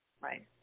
Right